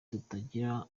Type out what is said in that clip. tutagira